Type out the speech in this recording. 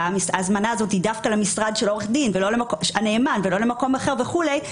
וכי ההזמנה הזאת היא דווקא למשרדו של הנאמן ולא למקום אחר וכולי.